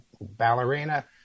ballerina